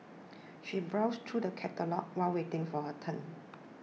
she browsed through the catalogues while waiting for her turn